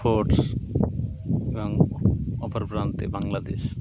sports এবং অপর প্রান্তে বাংলাদেশ